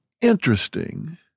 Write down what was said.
interesting